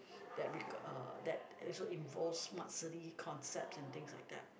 that rega~ uh that also involves smart city concepts and things like that